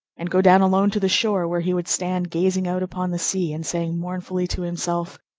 and go down alone to the shore, where he would stand gazing out upon the sea, and saying mournfully to himself,